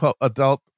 adult